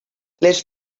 les